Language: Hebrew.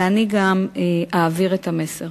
ואני גם אעביר את המסר